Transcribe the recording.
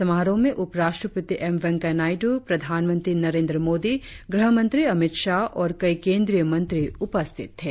समारोह में उपराष्ट्रपति एम वेंकैया नायडू प्रधानमंत्री नरेंद्र मोदी गृहमंत्री अमित शाह और कई केंद्रीय मंत्री उपस्थित थे